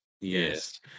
yes